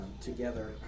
together